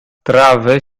trawy